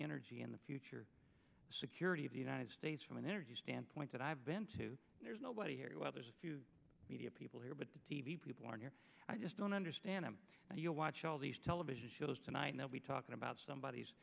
energy in the future security of the united states from an energy standpoint that i've been to there's nobody here well there's a few media people here but the t v people are here i just don't understand how you watch all these television shows tonight and they'll be talking about somebody